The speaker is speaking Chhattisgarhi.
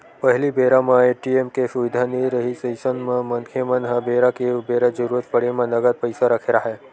पहिली बेरा म ए.टी.एम के सुबिधा नइ रिहिस अइसन म मनखे मन ह बेरा के उबेरा जरुरत पड़े म नगद पइसा रखे राहय